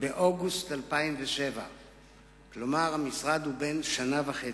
באוגוסט 2007. כלומר, המשרד הוא בן שנה וחצי.